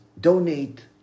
donate